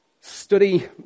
study